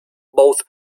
both